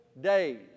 days